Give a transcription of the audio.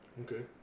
Okay